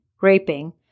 raping